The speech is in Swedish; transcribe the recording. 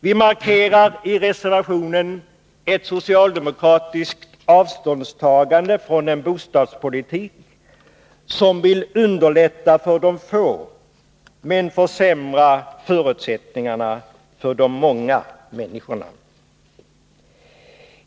Vi markerar i reservationen ett socialdemokratiskt avståndstagande från en bostadspolitik som vill underlätta för de få men försämra förutsättningarna för de många människorna.